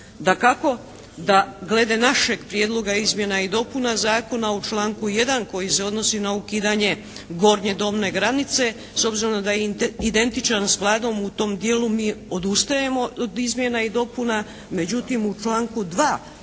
Dakako da glede našeg Prijedloga izmjena i dopuna Zakona u članku 1. koji se odnosi na ukidanje gornje dobne granice s obzirom da je identičan s Vladom u tom dijelu mi odustajemo od izmjena i dopuna, međutim u članku 2.